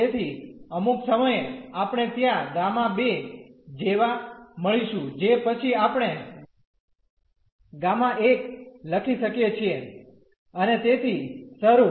તેથી અમુક સમયે આપણે ત્યાં Γ જેવા મળીશું જે પછી આપણે Γ લખી શકીએ છીએ અને તેથી શરું